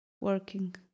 working